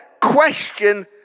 question